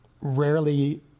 rarely